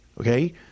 okay